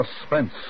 Suspense